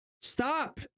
stop